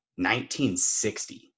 1960